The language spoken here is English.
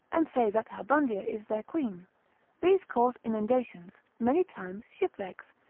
and say that habundia is their queen these cause inundations, many times shipwrecks,